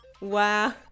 Wow